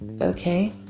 okay